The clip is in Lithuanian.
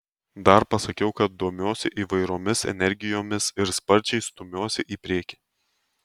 dar pasakiau kad domiuosi įvairiomis energijomis ir sparčiai stumiuosi į priekį